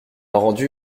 rendu